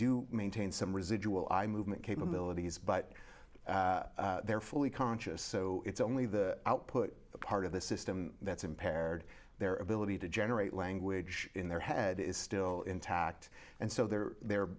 do maintain some residual eye movement capabilities but they're fully conscious so it's only the output part of the system that's impaired their ability to generate language in their head is still intact and so they're their